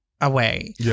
away